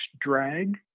drag